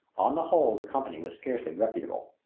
on the whole the company was scarcely reputable.